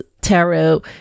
tarot